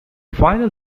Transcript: final